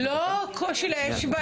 לא קושי לאייש,